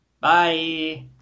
Bye